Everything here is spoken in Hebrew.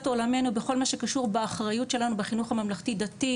עולמינו בכל מה שקשור באחריות שלנו בחינוך הממלכתי דתי,